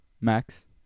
Max